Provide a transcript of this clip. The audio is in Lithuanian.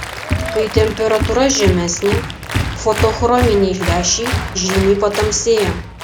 kai temperatūra žemesnė fotochrominiai lęšiai žymiai patamsėja